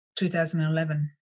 2011